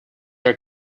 are